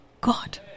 God